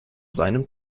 seinem